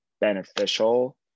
beneficial